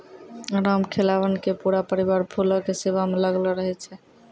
रामखेलावन के पूरा परिवार फूलो के सेवा म लागलो रहै छै